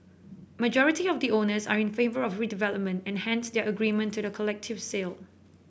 majority of the owners are in favour of redevelopment and hence their agreement to the collective sale